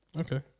Okay